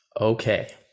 Okay